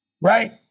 right